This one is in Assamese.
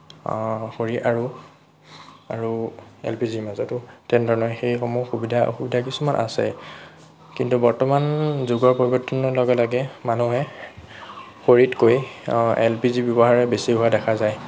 খৰি আৰু আৰু এল পি জি ৰ মাজত তেনেধৰণৰ সেইসমূহ সুবিধা অসুবিধা কিছুমান আছে কিন্তু বৰ্তমান যুগৰ পৰিৱৰ্তনৰ লগে লগে মানুহে খৰিতকৈ এল পি জি ৰ ব্যৱহাৰহে বেছি হোৱা দেখা যায়